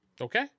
okay